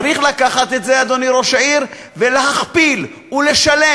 צריך לקחת את זה, אדוני ראש העיר, ולהכפיל, ולשלש,